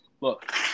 look